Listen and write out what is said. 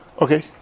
Okay